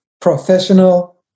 professional